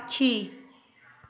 पक्षी